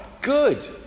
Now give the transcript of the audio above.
good